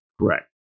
Correct